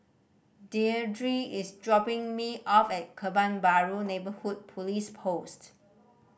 Deirdre is dropping me off at Kebun Baru Neighbourhood Police Post